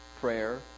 prayer